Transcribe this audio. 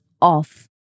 off